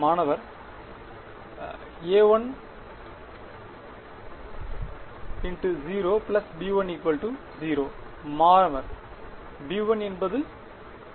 மாணவர் A1× 0 B1 0 மாணவர் B1 என்பது 0